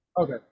Okay